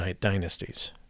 dynasties